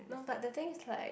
no but the thing is like